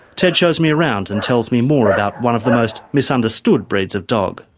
ted shows me around and tells me more about one of the most misunderstood breeds of dog.